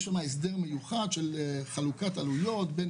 יש שם הסדר מיוחד של חלוקת עלויות בין